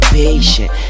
patient